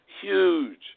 huge